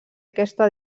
aquesta